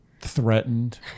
threatened